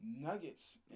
Nuggets